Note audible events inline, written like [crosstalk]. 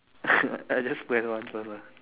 [laughs] I just plan one first lah